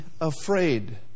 afraid